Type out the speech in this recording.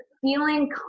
Feeling